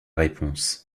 réponse